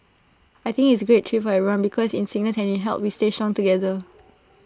I think it's A great treat for everyone because in sickness and in health we stay strong together